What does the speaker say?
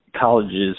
colleges